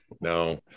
No